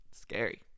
Scary